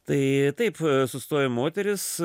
tai taip sustojo moteris